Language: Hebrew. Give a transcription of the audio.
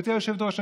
גברתי היושבת-ראש,